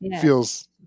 feels